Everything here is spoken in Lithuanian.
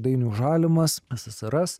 dainius žalimas ssrs